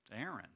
Aaron